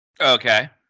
Okay